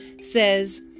says